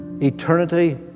Eternity